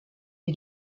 die